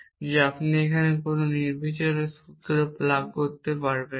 যে আপনি এখানে কোনও নির্বিচারে সূত্র প্লাগ করতে পারবেন না